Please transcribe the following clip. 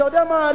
אתה יודע מה?